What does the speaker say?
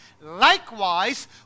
Likewise